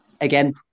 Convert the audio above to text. Again